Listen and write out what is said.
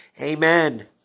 Amen